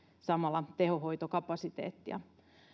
samalla tehohoitokapasiteettia